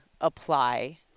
apply